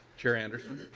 chair anderson